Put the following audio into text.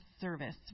service